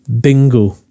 Bingo